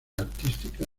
artística